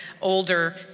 older